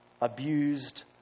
abused